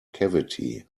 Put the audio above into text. cavity